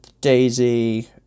daisy